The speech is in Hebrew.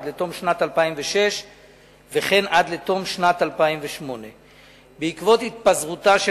עד לתום שנת 2006 וכן עד לתום שנת 2008. בעקבות התפזרותה של